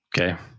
Okay